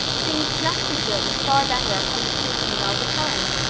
things just as good and far better are coming true for me all the time.